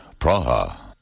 Praha